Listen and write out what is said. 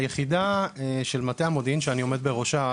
היחידה של מטה המודיעין ברשות המיסים שאני עומד בראשה,